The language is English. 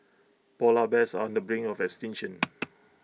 Polar Bears on the brink of extinction